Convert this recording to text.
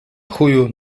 chuju